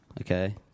okay